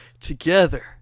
Together